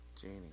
Janie